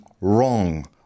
wrong